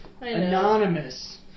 Anonymous